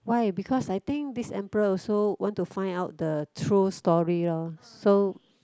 why because I think this emperor also want to find out the true story lor so